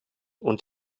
und